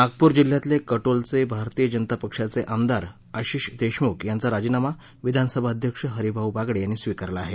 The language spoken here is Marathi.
नागपूर जिल्ह्यातले काटोलचे भारतीय जनता पक्षाचे आमदार आशिष देशमुख यांचा राजीनामा विधानसभा अध्यक्ष हरीभाऊ बागडे यांनी स्वीकारला आहे